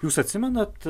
jūs atsimenat